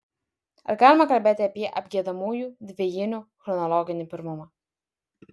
ar galima kalbėti apie apgiedamųjų dvejinių chronologinį pirmumą